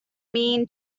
mean